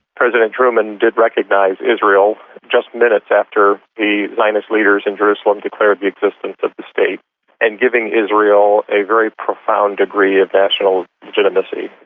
president truman did recognise israel just minutes after the zionist leaders in jerusalem declared the existence of the state and giving israel a very profound degree of national legitimacy.